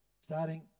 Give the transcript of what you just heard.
starting